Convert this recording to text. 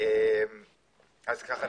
אז ככה,